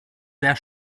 sehr